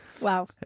Wow